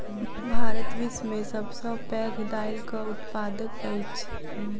भारत विश्व में सब सॅ पैघ दाइलक उत्पादक अछि